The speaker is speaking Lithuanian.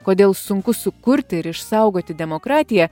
kodėl sunku sukurti ir išsaugoti demokratiją